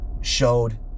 showed